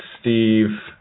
steve